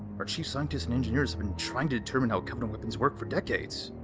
our chief scientists and engineers have been trying to determine how covenant weapons work for decades.